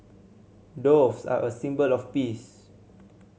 doves are a symbol of peace